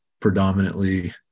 predominantly